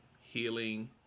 healing